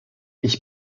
ich